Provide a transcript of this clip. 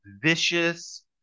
vicious